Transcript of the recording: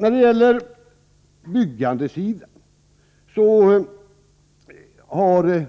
Vad beträffar byggandesidan har